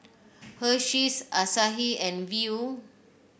Hersheys Asahi and Viu